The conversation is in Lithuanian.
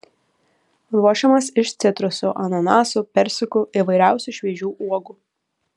ruošiamas iš citrusų ananasų persikų įvairiausių šviežių uogų